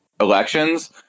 elections